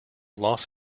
las